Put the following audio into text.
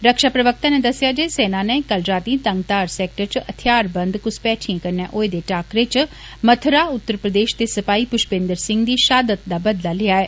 रक्षा प्रवक्ता नै दस्सेआ जे सेना नै कल रातीं टंगघार सैक्टर च हथियार बंद घुसपैठिएं कन्नै होए दे टाकरे च मथुरा उत्तर प्रदेश दे सिपाही पुष्पेन्द्र सिंह दी शहादत दा बदला लेया ऐ